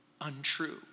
untrue